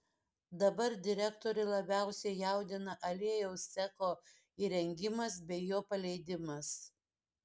dabar direktorių labiausiai jaudina aliejaus cecho įrengimas bei jo paleidimas